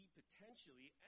potentially